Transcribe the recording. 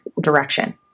direction